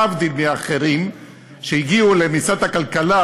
להבדיל מהאחרים שהגיעו למשרד הכלכלה